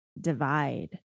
divide